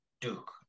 Duke